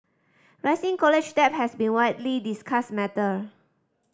rising college debt has been widely discussed matter